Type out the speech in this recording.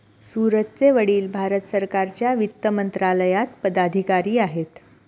सूरजचे वडील भारत सरकारच्या वित्त मंत्रालयात पदाधिकारी आहेत